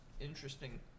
interesting